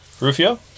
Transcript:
Rufio